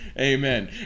Amen